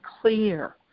clear